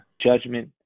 Judgment